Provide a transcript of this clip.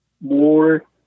more